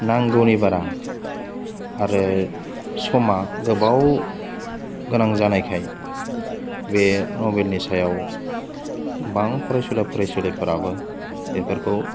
नांगौनि बारा आरो समा गोबाव गोनां जानायखाय बे नभेलनि सायाव गोबां फरायसुला फरायसुलिफोराबो बेफोरखौ